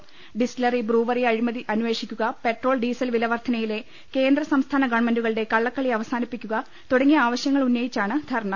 distillery brewery അഴിമതി അന്വേഷിക്കുക petrol diesel വിലവർദ്ധനയിലെ കേന്ദ്ര സംസ്ഥാന ഗവൺമെന്റുകളുടെ കളളക്കളി അവസാനിപ്പിക്കുക തുടങ്ങിയ ആവശൃങ്ങളുന്നയിച്ചാണ് ധർണ്ണ